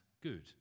good